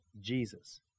Jesus